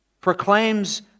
proclaims